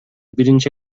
биринчи